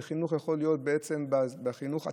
חינוך יכול להיות בעצם בחינוך עצמו,